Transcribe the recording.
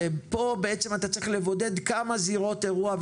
ופה בעצם אתה צריך לבודד כמה זירות אירוע,